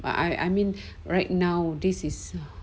I I mean right now this is